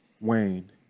Wayne